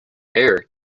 heir